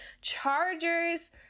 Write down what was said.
Chargers